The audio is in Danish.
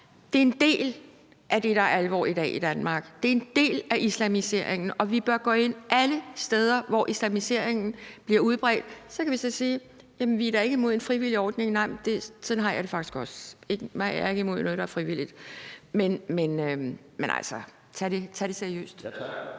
det er en del af det, der i dag er alvor i Danmark. Det er en del af islamiseringen, og vi bør gå ind alle steder, hvor islamiseringen bliver udbredt. Så kan vi så sige, at vi da ikke er imod en frivillig ordning. Nej, og sådan har jeg det faktisk også. Jeg er ikke imod noget, der er frivilligt, men altså: Tag det seriøst!